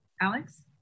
Alex